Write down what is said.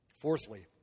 Fourthly